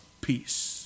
peace